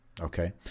Okay